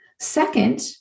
Second